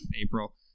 April